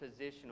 positional